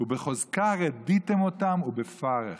ובחָזקה רדיתם אֹתם, ובפרך"